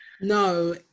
No